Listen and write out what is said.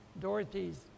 Dorothy's